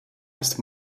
ist